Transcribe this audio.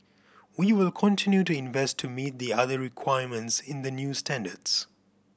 we will continue to invest to meet the other requirements in the new standards